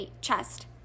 chest